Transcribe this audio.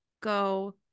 go